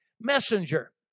messenger